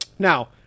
Now